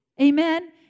Amen